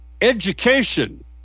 education